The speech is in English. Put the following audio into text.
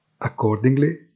Accordingly